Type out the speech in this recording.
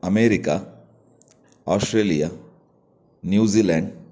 America Australia New Zealand